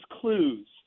Clues